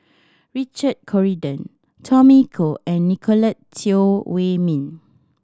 Richard Corridon Tommy Koh and Nicolette Teo Wei Min